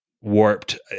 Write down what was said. warped